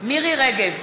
מירי רגב,